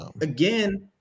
again